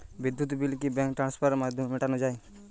বিদ্যুৎ বিল কি ব্যাঙ্ক ট্রান্সফারের মাধ্যমে মেটানো য়ায়?